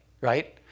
Right